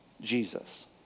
Jesus